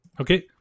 Okay